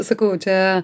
sakau čia